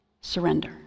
Surrender